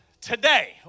today